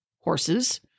horses